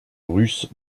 russes